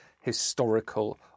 historical